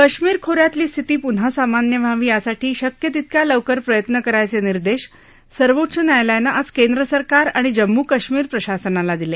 काश्मीर खोऱ्यातली स्थिती पुन्हा सामान्य व्हावी यासाठी शक्य तितक्या लवकर प्रयत्न करायचे निर्देश सर्वोच्च न्यायालयानं आज केंद्र सरकार आणि जम्मू काश्मीर प्रशासनाला दिले